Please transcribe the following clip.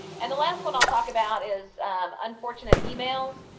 and the last one i'll talk about is unfortunate emails.